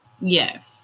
Yes